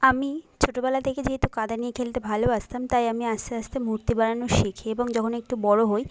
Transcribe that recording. আমি ছোটোবেলা থেকে যেহেতু কাদা নিয়ে খেলতে ভালোবাসতাম তাই আমি আস্তে আস্তে মূর্তি বানানো শিখি এবং যখন একটু বড়ো হই